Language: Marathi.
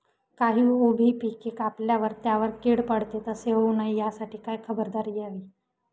काही उभी पिके कापल्यावर त्यावर कीड पडते, तसे होऊ नये यासाठी काय खबरदारी घ्यावी?